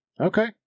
Okay